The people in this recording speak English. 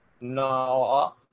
No